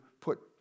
put